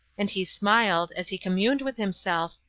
and he smiled, as he communed with himself,